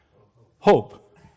Hope